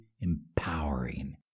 empowering